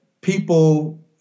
people